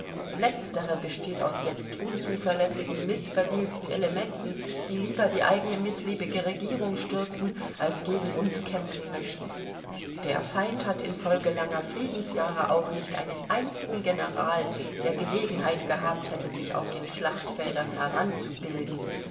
letztere besteht aus jetzt unzuverlässigen mißvergnügten elementen die lieber die eigene mißliebige regierung stürzen als gegen uns kämpfen möchten der feind hat infolge langer friedensjahre auch nicht einen einzigen general der gelegenheit gehabt hätte sich auf den schlachtfeldern heranzubilden